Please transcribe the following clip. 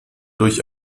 durch